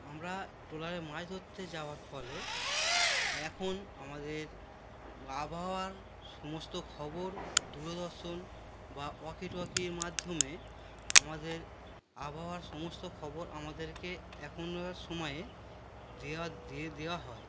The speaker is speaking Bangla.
আমরা ট্রলারে মাছ ধরতে যাওয়ার ফলে এখন আমাদের আবহাওয়ার সমস্ত খবর দূরদর্শন বা ওয়াকিটকির মাধ্যমে আমাদের আবহাওয়ার সমস্ত খবর আমাদেরকে এখনকার সময়ে দেওয়া দিয়ে দেওয়া হয়